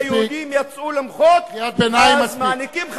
כאשר היהודים יצאו למחות, מעניקים חנינה,